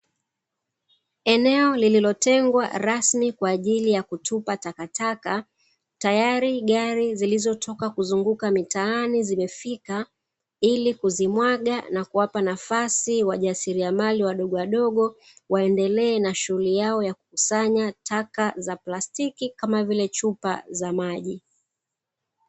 Eneo lililotengwa rasmi kwaajili ya kutupa takataka tayari gari zilizotoka kuzunguka mtaani zimefika, ili kuzimwaga na kuwapa nafasi wajasiriamali wadogo wadogo waendelee na shughuli yao ya kukusanya taka za plastiki kama vile chupa za maji.